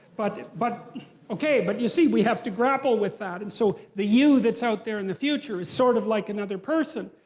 but but but you see, we have to grapple with that, and so the you that's out there in the future is sort of like another person.